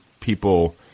people